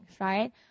right